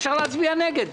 כן אפשר להצביע נגד.